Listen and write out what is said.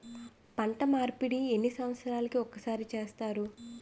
పంట మార్పిడి ఎన్ని సంవత్సరాలకి ఒక్కసారి చేస్తారు?